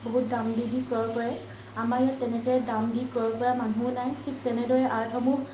বহুত দাম দি দি ক্ৰয় কৰে আমাৰ ইয়াত তেনেকৈ দাম দি ক্ৰয় কৰা মানুহো নাই ঠিক তেনেদৰে আৰ্টসমূহ